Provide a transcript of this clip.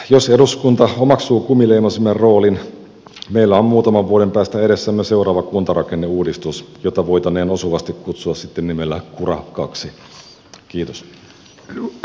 jos eduskunta omaksuu kumileimasimen roolin meillä on muutaman vuoden päästä edessämme seuraava kuntarakenneuudistus jota voitaneen osuvasti kutsua sitten nimellä kura ii